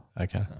Okay